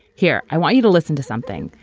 here, i want you to listen to something,